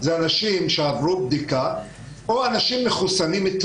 אלה אנשים שעברו בדיקה,